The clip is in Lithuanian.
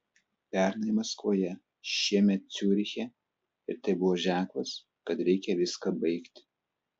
pernai maskvoje šiemet ciuriche ir tai buvo ženklas kad reikia viską baigti